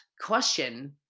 question